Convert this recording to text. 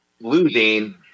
losing